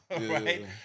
right